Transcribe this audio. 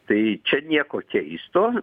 tai čia nieko keisto